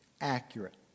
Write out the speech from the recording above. accurate